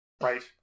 Right